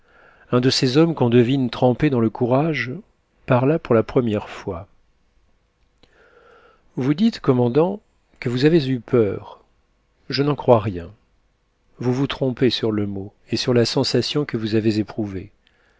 un de ces hommes qu'on devine trempés dans le courage parla pour la première fois vous dites commandant que vous avez eu peur je n'en crois rien vous vous trompez sur le mot et sur la sensation que vous avez éprouvée